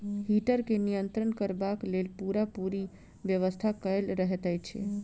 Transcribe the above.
heater के नियंत्रण करबाक लेल पूरापूरी व्यवस्था कयल रहैत छै